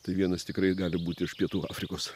tai vienas tikrai gali būti iš pietų afrikos